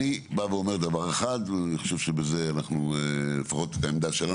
אני בא ואומר דבר אחד ואני חושב שבזה אנחנו לפחות העמדה שלנו,